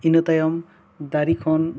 ᱤᱱᱟᱹ ᱛᱟᱭᱚᱢ ᱫᱟᱨᱮ ᱠᱷᱚᱱ